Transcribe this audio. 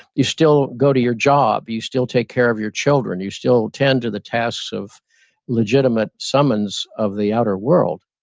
you still go to your job, you still take care of your children, you still tend to the tasks of legitimate summons of the outer world.